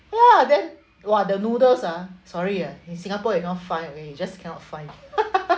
!wah! then !wah! the noodles ah sorry ah in singapore you cannot find that way you just cannot find